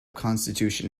constitution